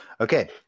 Okay